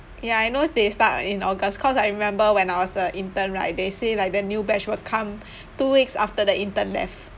ya I know they start in august cause I remember when I was a intern right they say like the new batch will come two weeks after the intern left